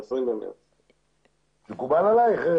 מקובל עלייך?